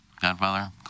Godfather